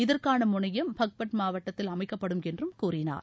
இதற்கான முனையம் பஹ்பட் மாவட்டத்தில் அமைக்கப்படும் என்று கூறினார்